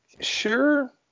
sure